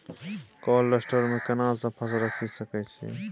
Cold store मे केना सब फसल रखि सकय छी?